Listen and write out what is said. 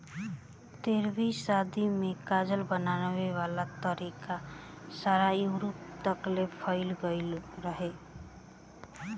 तेरहवीं सदी में कागज बनावे वाला तरीका सारा यूरोप तकले फईल गइल रहे